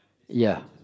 ya